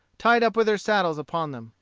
tied up with their saddles upon them,